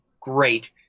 great